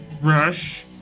Rush